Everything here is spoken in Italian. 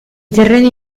terreni